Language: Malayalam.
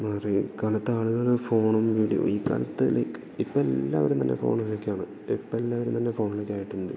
മാറി ഈ കാലത്ത് ആളുകള് ഫോണും വീഡിയോ ഈ കാലത്ത് ലൈക് ഇപ്പം എല്ലാവരും തന്നെ ഫോണിലൊക്കെയാണ് ഇപ്പം എല്ലാവരും തന്നെ ഫോണിലൊക്ക ആയിട്ടുണ്ട്